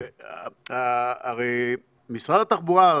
הרי משרד התחבורה,